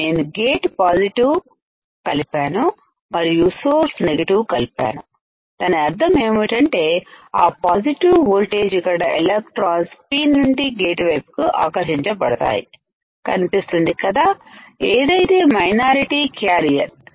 నేను gate positive కలిపాను మరియు సోర్స్ నెగటివ్ కలిపాను దాని అర్థం ఏమిటంటే ఆ పాజిటివ్ ఓల్టేజ్ ఇక్కడ ఎలెక్ట్రాన్స్P నుండి గేటు వైపుకి ఆకర్షింపబడతాయి కనిపిస్తుంది కదా ఏదైతే మైనారిటీ క్యారియర్ minority carrier